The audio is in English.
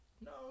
No